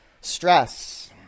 stress